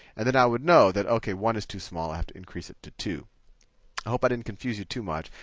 and then i would know that, ok, one is too small. i have to increase it to two. i hope i didn't confuse you too much.